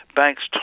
banks